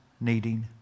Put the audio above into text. needing